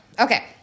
okay